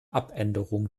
abänderung